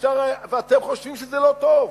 ואתם חושבים שזה לא טוב,